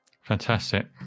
fantastic